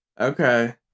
okay